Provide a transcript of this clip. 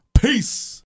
Peace